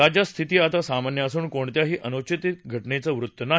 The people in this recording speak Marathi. राज्यात स्थिती आता सामान्य असून कोणत्याही अनुचित घटनेचे वृत्त नाही